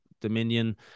Dominion